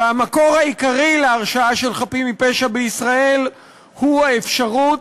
והמקור העיקרי להרשעה של חפים מפשע בישראל הוא האפשרות